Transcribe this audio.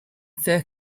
fur